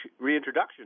reintroduction